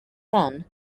son